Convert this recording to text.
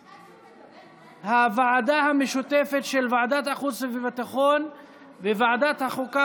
להמלצת הוועדה המשותפת של ועדת החוץ והביטחון וועדת החוקה,